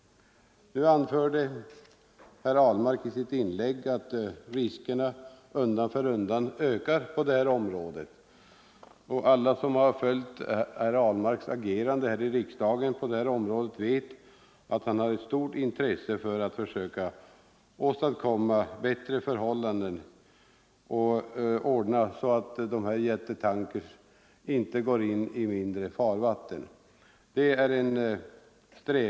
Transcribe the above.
Herr Ahlmark anförde att riskerna undan för undan ökar på det här området. Alla som har följt herr Ahlmarks agerande i riksdagen vet att han har stort intresse för att försöka åstadkomma bättre förhållanden och ordna så att dessa jättetankbåtar inte går in i mindre farvatten.